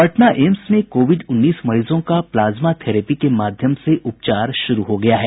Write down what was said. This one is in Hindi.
पटना एम्स में कोविड उन्नीस मरीजों का प्लाज्मा थेरेपी के माध्यम से उपचार शुरू हो गया है